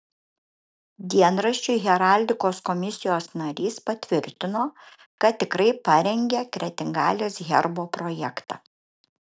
dienraščiui heraldikos komisijos narys patvirtino kad tikrai parengė kretingalės herbo projektą